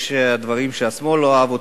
יש דברים שהשמאל לא אהב,